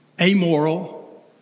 amoral